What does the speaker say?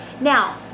Now